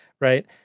right